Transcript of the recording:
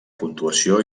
puntuació